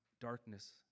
darkness